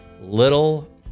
Little